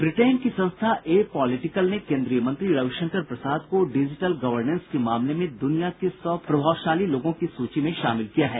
Britain की संस्था Apolitical ने केन्द्रीय मंत्री रविशंकर प्रसाद को डिजिटल गवर्नेस के मामले में दुनिया के सौ प्रभावशाली लोगों की सूची में शामिल किया है